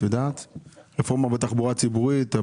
אני מדבר על הרפורמה בתחבורה הציבורית.